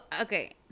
okay